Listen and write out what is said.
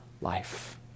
life